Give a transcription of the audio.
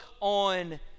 on